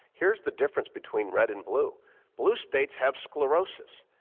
here's the difference between red and blue blue states have sclerosis.